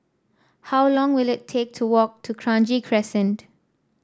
how long will it take to walk to Kranji Crescent